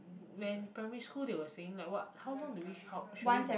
when primary school they were saying like what how long do you should we